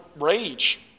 rage